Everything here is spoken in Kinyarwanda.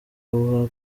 bwa